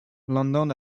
london